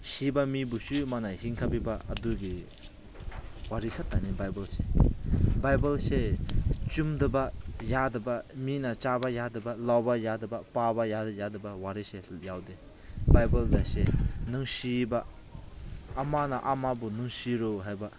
ꯁꯤꯕ ꯃꯤꯕꯨꯁꯨ ꯃꯥꯅ ꯍꯤꯡꯍꯟꯕꯤꯕ ꯑꯗꯨꯒꯤ ꯋꯥꯔꯤ ꯈꯛꯇꯅꯦ ꯕꯥꯏꯕꯜꯁꯦ ꯕꯥꯏꯕꯜꯁꯦ ꯆꯨꯝꯗꯕ ꯌꯥꯗꯕ ꯃꯤꯅ ꯆꯥꯕ ꯌꯥꯗꯕ ꯂꯧꯕ ꯌꯥꯗꯕ ꯄꯥꯕ ꯌꯥꯗꯕ ꯋꯥꯔꯤꯁꯦ ꯌꯥꯎꯗꯦ ꯕꯥꯏꯕꯜ ꯂꯥꯏꯔꯤꯛꯁꯦ ꯅꯨꯡꯁꯤꯕ ꯑꯃꯅ ꯑꯃꯕꯨ ꯅꯨꯡꯁꯤꯌꯨ ꯍꯥꯏꯕ